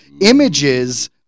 images